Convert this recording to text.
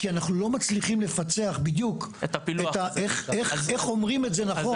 כי אנחנו לא מצליחים לפצח בדיוק איך אומרים את זה נכון.